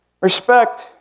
Respect